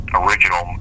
original